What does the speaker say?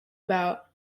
about